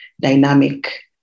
dynamic